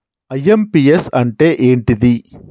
IMPS అంటే ఏంటిది?